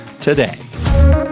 today